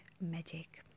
magic